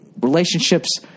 relationships